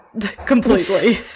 completely